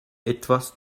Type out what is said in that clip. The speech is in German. etwas